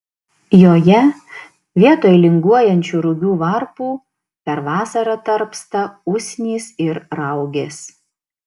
joje vietoj linguojančių rugių varpų per vasarą tarpsta usnys ir raugės